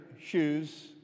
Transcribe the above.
shoes